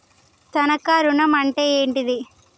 తనఖా ఋణం అంటే ఏంటిది?